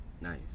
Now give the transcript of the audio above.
Nice